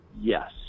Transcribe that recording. Yes